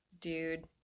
dude